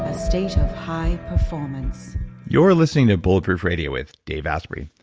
ah state of high performance you're listening to bullet proof radio with dave asprey.